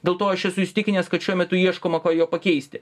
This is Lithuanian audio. dėl to aš esu įsitikinęs kad šiuo metu ieškoma kuo jo pakeisti